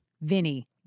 Vinny